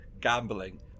gambling